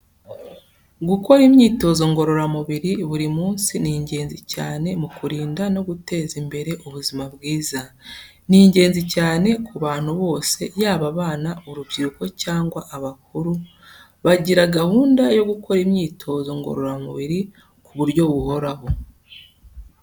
Gukora imyitozo ngororamubiri buri munsi ni ingenzi cyane mu kurinda no guteza imbere ubuzima bwiza. Ni ingenzi cyane ku bantu bose, yaba abana, urubyiruko cyangwa abakuru, bagira gahunda yo gukora imyitozo ngororamubiri ku buryo buhoraho.